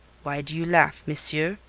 why do you laugh, monsieur?